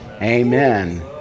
Amen